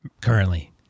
currently